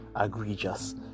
egregious